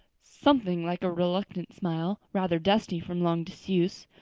something like a reluctant smile, rather rusty from long disuse,